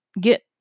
get